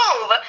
Move